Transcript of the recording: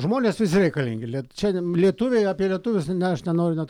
žmonės visi reikalingi lie čia lietuviai apie lietuvius na aš nenoriu net